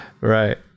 Right